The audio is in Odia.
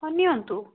ହଁ ନିଅନ୍ତୁ